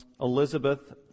Elizabeth